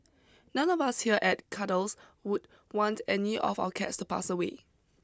none of us here at Cuddles would want any of our cats to pass away